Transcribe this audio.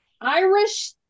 Irish